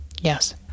Yes